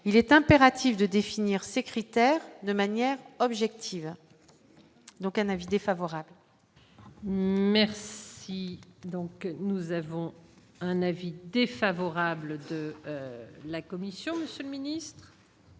il est impératif de définir ces critères de manière objective, donc un avis défavorable. Merci donc nous avons un avis défavorable de la commission de ce mini.